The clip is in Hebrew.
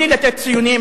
בלי לתת ציונים,